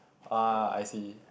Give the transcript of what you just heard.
!wah! I see